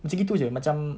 macam gitu jer macam